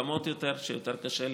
מתוחכמות יותר שיותר קשה להעתיק.